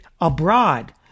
abroad